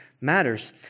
matters